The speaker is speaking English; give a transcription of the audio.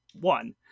one